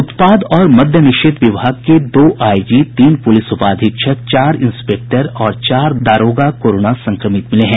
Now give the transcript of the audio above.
उत्पाद और मद्य निषेद्य विभाग के दो आईजी तीन पुलिस उपाधीक्षक चार इंस्पेक्टर और चार दारोगा कोरोना संक्रमित मिले हैं